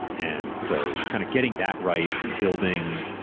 and so kind of getting that right and building